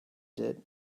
did